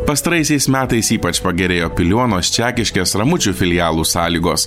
pastaraisiais metais ypač pagerėjo piliuonos čekiškės ramučių filialų sąlygos